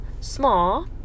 small